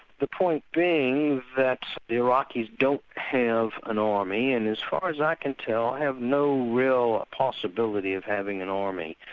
the point being that the iraqis don't have an ah army, and as far as i can tell, have no real possibility of having an army,